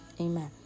amen